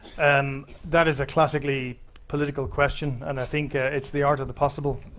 and that is a classically political question, and i think it's the art of the possible.